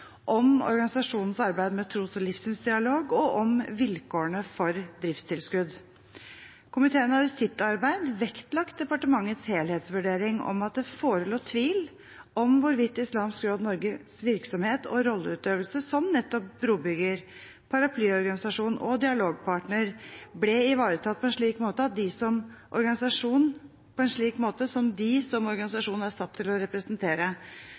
om organisasjonens arbeid med tros- og livssynsdialog og om vilkårene for driftstilskudd. Komiteen har i sitt arbeid vektlagt departementets helhetsvurdering om at det forelå tvil om hvorvidt Islamsk Råd Norges virksomhet og rolleutøvelse som nettopp brobygger, paraplyorganisasjon og dialogpartner ble ivaretatt på en slik måte at de som organisasjonen er satt til å representere – politikere, myndigheter og samfunnet generelt – oppfattet organisasjonen som